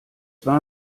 war